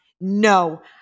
no